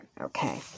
Okay